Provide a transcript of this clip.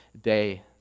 day